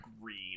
green